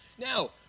Now